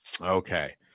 Okay